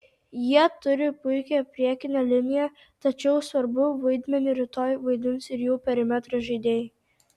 jie turi puikią priekinę liniją tačiau svarbų vaidmenį rytoj vaidins ir jų perimetro žaidėjai